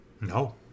no